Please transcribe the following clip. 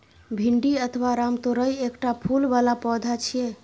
भिंडी अथवा रामतोरइ एकटा फूल बला पौधा छियै